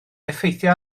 effeithio